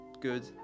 good